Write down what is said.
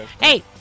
Hey